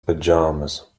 pajamas